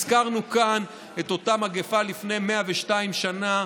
הזכרנו כאן את אותה מגפה לפני 102 שנה.